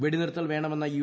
വെടിനിർത്തൽ വേണമെന്ന യു